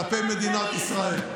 כלפי מדינת ישראל.